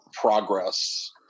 progress